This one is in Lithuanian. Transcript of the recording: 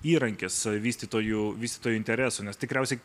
įrankis vystytojų vystojų interesų nes tikriausiai